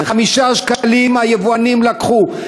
ו-5 שקלים היבואנים לקחו.